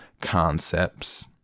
concepts